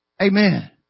Amen